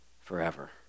forever